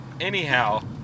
anyhow